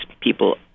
people